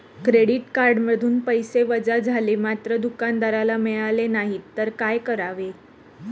Credit कार्डमधून पैसे वजा झाले मात्र दुकानदाराला मिळाले नाहीत तर काय करावे?